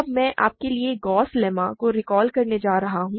अब मैं आपके लिए गॉस लेम्मा को रिकॉल करने जा रहा हूं